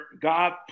God